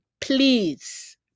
Please